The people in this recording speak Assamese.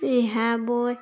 ৰিহা বৈ